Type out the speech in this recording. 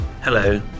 Hello